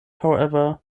however